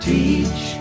Teach